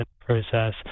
process